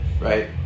right